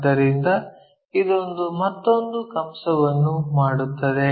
ಆದ್ದರಿಂದ ಇದು ಮತ್ತೊಂದು ಕಂಸವನ್ನು ಮಾಡುತ್ತದೆ